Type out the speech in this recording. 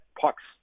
pucks